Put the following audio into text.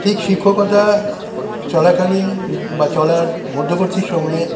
ঠিক শিক্ষকতা চলাকালীন বা চলার মধ্যবর্তী সময়ে